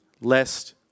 lest